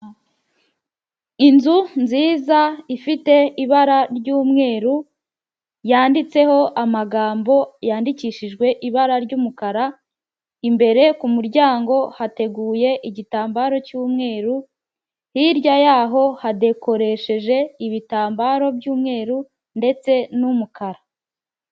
Inzu nziza ifite ibara ry'umweru, yanditseho amagambo yandikishijwe ibara ry'umukara, imbere ku muryango hateguye igitambaro cy'umweru, hirya y'aho hadekoresheje ibitambaro by'umweru ndetse n'umukara.